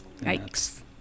Yikes